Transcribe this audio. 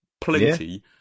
plenty